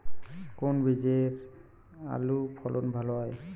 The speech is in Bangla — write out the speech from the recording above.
কোন বীজে আলুর ফলন ভালো হয়?